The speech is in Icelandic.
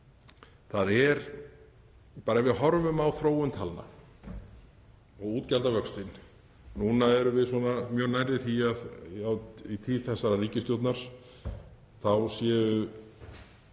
landsins. Ef við horfum á þróun talna og útgjaldavöxtinn þá erum við nú mjög nærri því að í tíð þessarar ríkisstjórnar séu